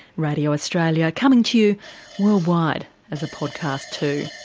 radio australia coming to worldwide as a podcast too.